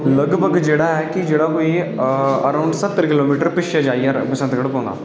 लगभग जेह्ड़ा ऐ कोई अराउंड सत्तर किलोमीटर पिच्छे जाइयै बसंत गढ़ पौंदा